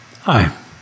Hi